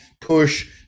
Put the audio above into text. push